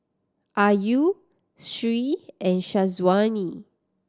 Ayu Sri and Syazwani